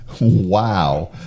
Wow